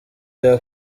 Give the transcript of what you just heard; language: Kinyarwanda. rya